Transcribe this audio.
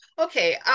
Okay